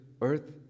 earth